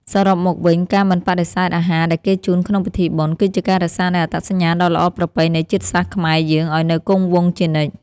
សរុបមកវិញ ការមិនបដិសេធអាហារដែលគេជូនក្នុងពិធីបុណ្យ គឺជាការរក្សានូវអត្តសញ្ញាណដ៏ល្អប្រពៃនៃជាតិសាសន៍ខ្មែរយើងឱ្យនៅគង់វង្សជានិច្ច។